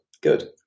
good